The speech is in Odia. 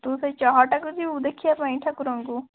ତୁ ସେଇ ଚହଟାକୁ ଯିବୁ ଦେଖିବା ପାଇଁ ଠାକୁରଙ୍କୁ